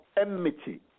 enmity